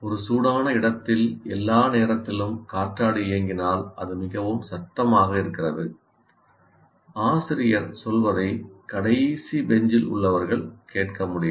ஒரு சூடான இடத்தில் எல்லா நேரத்திலும் காற்றாடி இயங்கினால் அது மிகவும் சத்தமாக இருக்கிறது ஆசிரியர் சொல்வதை கடைசி பெஞ்சில் உள்ளவர்கள் கேட்க முடியாது